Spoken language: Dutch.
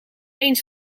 eens